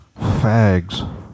Fags